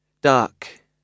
dark